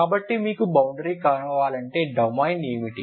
కాబట్టి మీకు బౌండరీ కావాలంటే డొమైన్ ఏమిటి